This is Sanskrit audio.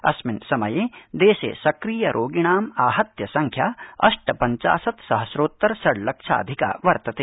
अस्मिन् समये देशे सक्रिय रोगिणां आहत्य संख्या अष्ट पञ्चाशत् सहम्रोत्तर षड् लक्षाधिका वर्तते